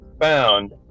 found